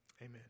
amen